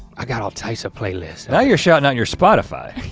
i got all types of playlists. now you're shouting out your spotify.